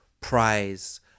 prize